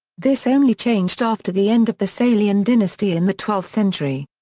this only changed after the end of the salian dynasty in the twelfth century.